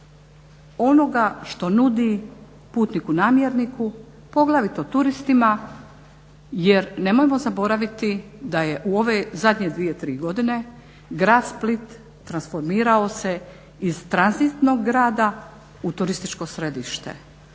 onoga što nudi putniku namjerniku poglavito turistima. Jer nemojmo zaboraviti da je u ove zadnje dvije, tri godine grad Split transformirao se iz tranzitnog grada u turističko središte.